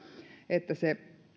että se